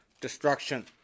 destruction